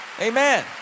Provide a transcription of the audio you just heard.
Amen